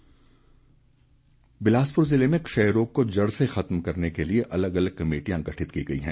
क्षय रोग बिलासपुर जिले में क्षय रोग को जड़ से खत्म करने के लिए अलग अलग कमेटियां गठित की गई है